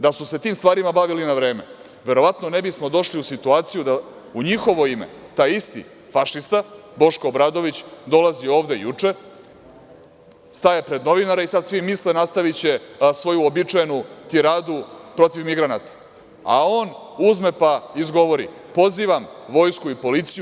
Da su se tim stvarima bavili na vreme verovatno ne bi smo došli u situaciju da u njihovo ime taj isti fašista, Boško Obradović, dolazi ovde juče, staje pred novinare, i sad svi misle nastaviće svoju uobičajenu tiradu protiv migranata, a on uzme pa izgovori - pozivam vojsku i policiju.